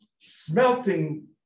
smelting